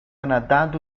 nadando